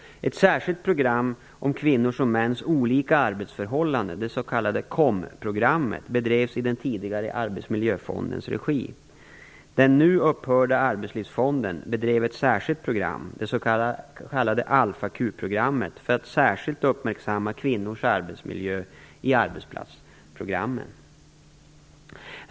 Ett särskilt program om kvinnors och mäns olika arbetsförhållanden, det s.k. KOM-programmet, bedrevs i den tidigare Arbetsmiljöfondens regi. Den nu upphörda Arbetslivsfonden bedrev ett särskilt program, det s.k. ALFA-Q-programmet, för att särskilt uppmärksamma kvinnors arbetsmiljö i arbetsplatsprogrammen.